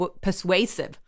persuasive